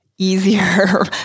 Easier